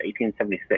1876